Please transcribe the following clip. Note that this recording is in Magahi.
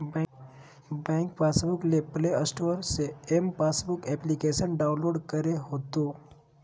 बैंक पासबुक ले प्ले स्टोर से एम पासबुक एप्लिकेशन डाउनलोड करे होतो